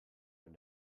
when